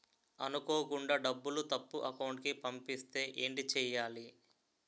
అనుకోకుండా డబ్బులు తప్పు అకౌంట్ కి పంపిస్తే ఏంటి చెయ్యాలి?